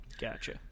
Gotcha